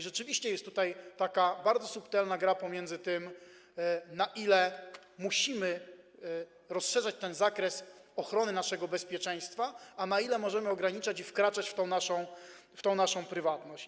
Rzeczywiście jest tutaj taka bardzo subtelna gra pomiędzy tym, na ile musimy rozszerzać zakres ochrony naszego bezpieczeństwa, a tym, na ile możemy go ograniczać i pozwolić wkraczać w tę naszą prywatność.